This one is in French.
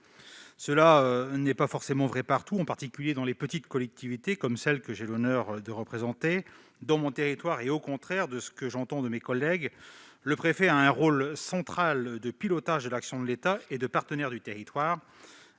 Cela n'est pas forcément vrai partout, en particulier dans les petites collectivités, comme celle que j'ai l'honneur de représenter. Dans mon territoire, contrairement aux propos de mes collègues, le préfet a à la fois un rôle central dans le pilotage de l'action de l'État et un rôle de partenaire.